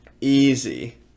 easy